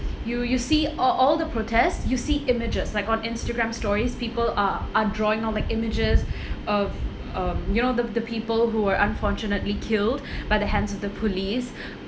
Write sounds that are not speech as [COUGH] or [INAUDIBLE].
you you see all all the protest you see images like on instagram stories people are are drawing on the images [BREATH] of um you know the the people who were unfortunately killed [BREATH] by the hands of the police [BREATH]